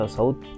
South